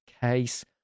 case